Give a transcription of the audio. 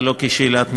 ולא כאל שאלת ניגוח.